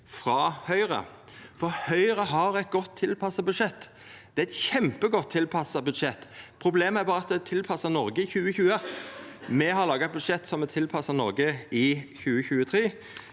frå Høgre. Høgre har eit godt tilpassa budsjett. Det er eit kjempegodt tilpassa budsjett. Problemet er berre at det er tilpassa Noreg i 2020. Me har laga eit budsjett som er tilpassa Noreg i 2023,